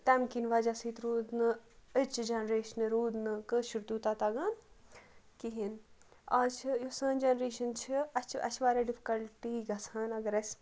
تَمہِ کِنۍ وَجہ سۭتۍ روٗد نہٕ أزچہِ جَنٛریٛشنہٕ روٗد نہٕ کٲشُر تیوٗتاہ تَگان کِہیٖنۍ آز چھِ یُس سٲنۍ جَنٛریشَن چھِ اَسہِ چھِ اَسہِ چھِ واریاہ ڈِفکَلٹی گَژھان اَگر اَسہِ